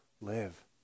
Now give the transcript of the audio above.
live